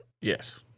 Yes